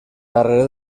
darrere